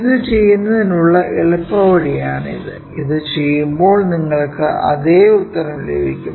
ഇത് ചെയ്യാനുള്ള എളുപ്പവഴിയാണ് ഇത് ഇത് ചെയ്യുമ്പോൾ നിങ്ങൾക്ക് അതേ ഉത്തരം ലഭിക്കും